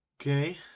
Okay